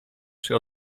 czy